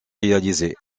réalisé